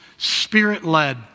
Spirit-led